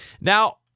Now